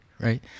right